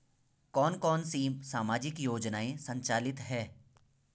कौन कौनसी सामाजिक योजनाएँ संचालित है?